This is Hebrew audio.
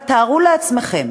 אבל תארו לעצמכם